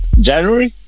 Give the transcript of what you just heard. january